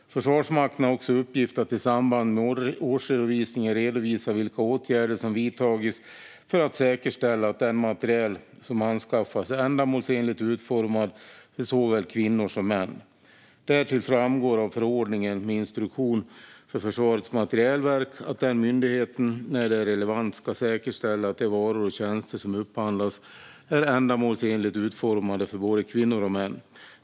Försvarsmakten har också i uppgift att i samband med årsredovisningen redovisa vilka åtgärder som vidtagits för att säkerställa att den materiel som anskaffas är ändamålsenligt utformad för såväl kvinnor som män. Därtill framgår av förordningen med instruktion för Försvarets materielverk att den myndigheten när det är relevant ska säkerställa att de varor och tjänster som upphandlas är ändamålsenligt utformade för både kvinnor och män.